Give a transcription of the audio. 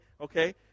okay